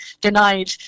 denied